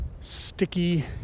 sticky